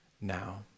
now